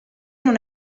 non